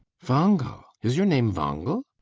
wangel? is your name wangel?